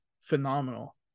phenomenal